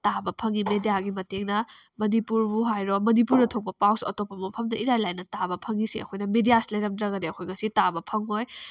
ꯇꯥꯕ ꯐꯪꯏ ꯃꯦꯗꯤꯌꯥꯒꯤ ꯃꯇꯦꯡꯅ ꯃꯅꯤꯄꯨꯔꯕꯨ ꯍꯥꯏꯔꯣ ꯃꯅꯤꯄꯨꯔꯗ ꯊꯣꯛꯄ ꯄꯥꯎꯁꯨ ꯑꯇꯣꯞꯄ ꯃꯐꯝꯗ ꯏꯔꯥꯏ ꯂꯥꯏꯅ ꯇꯥꯕ ꯐꯪꯏꯁꯦ ꯑꯩꯈꯣꯏꯅ ꯃꯦꯗꯤꯌꯥꯁꯤ ꯂꯩꯔꯝꯗ꯭ꯔꯒꯗꯤ ꯑꯩꯈꯣꯏ ꯃꯁꯤ ꯇꯥꯕ ꯐꯪꯉꯣꯏ